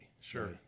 Sure